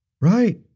Right